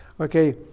Okay